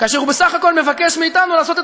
כאשר הוא בסך הכול מבקש מאתנו לעשות את